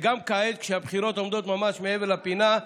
גם כעת, כשהבחירות עומדות ממש מעבר לפינה,